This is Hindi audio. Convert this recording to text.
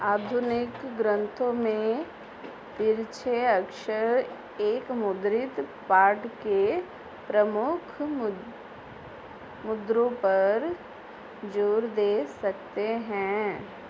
आधुनिक ग्रन्थों में तिरछे अक्षर एक मुद्रित पाठ के प्रमुख मुद मुद्रों पर जोर दे सकते हैं